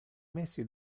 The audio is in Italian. mesi